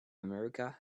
america